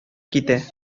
китә